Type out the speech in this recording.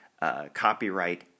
Copyright